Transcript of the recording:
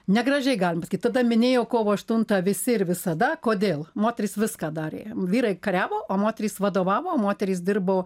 negražiai galim pasakyt tada minėjo kovo aštuntą visi ir visada kodėl moterys viską darė vyrai kariavo o moterys vadovavo moterys dirbo